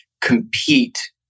compete